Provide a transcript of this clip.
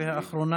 והאחרונה,